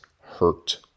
hurt